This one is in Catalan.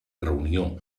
reunió